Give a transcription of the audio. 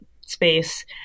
space